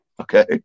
Okay